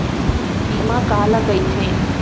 बीमा काला कइथे?